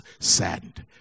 saddened